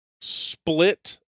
split